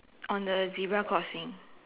on the zebra crossing